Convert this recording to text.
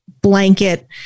blanket